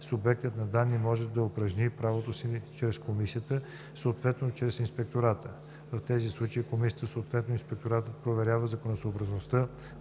субектът на данните може да упражни правата си чрез комисията, съответно чрез инспектората. В тези случаи комисията, съответно инспекторатът, проверява законосъобразността